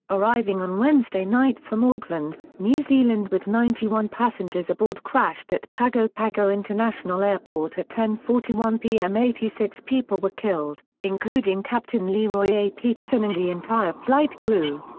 arriving on wednesday night from auckland, new zealand with ninety one passengers aboard crashed at pago pago international airport at ten forty one p m. eighty six people were killed, including captain leroy a. petersen and the entire flight crew.